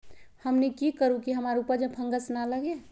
हमनी की करू की हमार उपज में फंगस ना लगे?